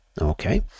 okay